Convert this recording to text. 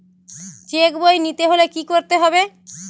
Check বই নিতে হলে কি করতে হবে?